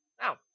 Now